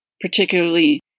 particularly